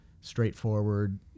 straightforward